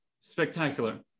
spectacular